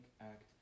Act